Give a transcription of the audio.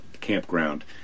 campground